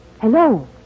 Hello